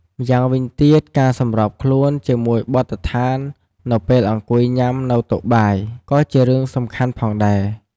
ម្យ៉ាងវិញទៀត ការសម្របខ្លួនជាមួយបទដ្ឋាននៅពេលអង្គុយញ៉ាំនៅតុបាយ ក៏ជារឿងសំខាន់ផងដែរ។